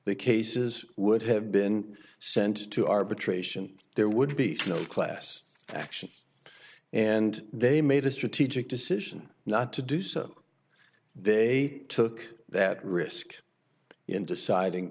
the cases would have been sent to arbitration there would be no class action and they made a strategic decision not to do so they took that risk in deciding